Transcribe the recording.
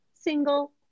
single